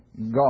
God